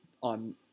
On